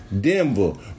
Denver